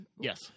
Yes